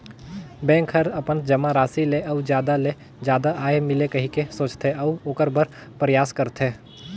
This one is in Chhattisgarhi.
बेंक हर अपन जमा राशि ले अउ जादा ले जादा आय मिले कहिके सोचथे, अऊ ओखर बर परयास करथे